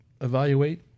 evaluate